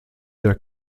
der